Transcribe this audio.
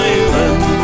Island